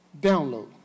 Download